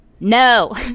no